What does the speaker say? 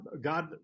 god